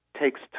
takes